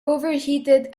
overheated